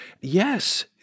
Yes